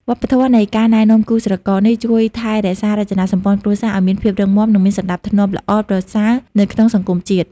វប្បធម៌នៃការណែនាំគូស្រករនេះ ជួយថែរក្សារចនាសម្ព័ន្ធគ្រួសារឱ្យមានភាពរឹងមាំ និងមានសណ្តាប់ធ្នាប់ល្អប្រសើរនៅក្នុងសង្គមជាតិ។